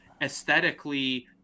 Aesthetically